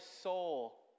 soul